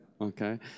Okay